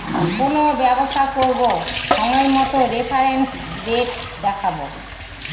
কোনো ব্যবসা করবো সময় মতো রেফারেন্স রেট দেখাবো